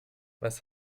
was